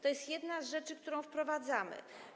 To jest jedna z rzeczy, którą wprowadzamy.